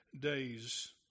days